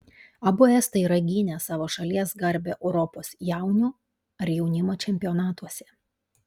abu estai yra gynę savo šalies garbę europos jaunių ar jaunimo čempionatuose